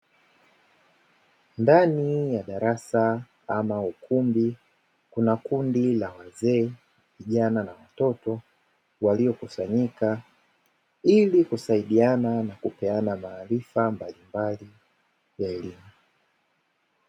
Ndani ya darasa ama ukumbi kuna kundi la wazee, vijana na watoto waliokusanyika ili kusaidiana kupeana maarifa mbalimbali.